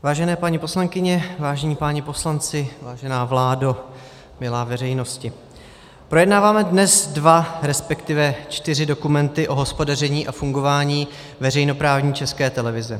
Vážené paní poslankyně, vážení páni poslanci, vážená vládo, milá veřejnosti, projednáváme dnes dva, resp. čtyři dokumenty o hospodaření a fungování veřejnoprávní České televize.